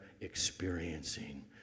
experiencing